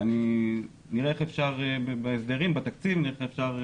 נראה איך אפשר בתקציב ובחוק ההסדרים,